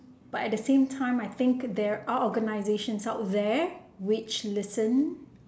but at the same time I think there are organizations out there which listen